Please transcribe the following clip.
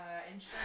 Insurance